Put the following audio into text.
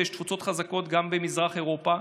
ויש תפוצות חזקות גם במזרח אירופה.